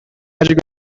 magic